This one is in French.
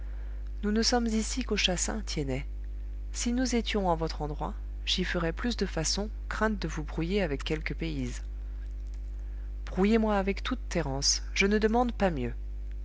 nous ne sommes ici qu'au chassin tiennet si nous étions en votre endroit j'y ferais plus de façons crainte de vous brouiller avec quelque payse brouillez moi avec toutes thérence je ne demande pas mieux